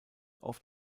oft